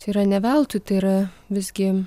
yra ne veltui tai yra visgi